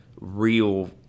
real